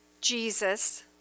Jesus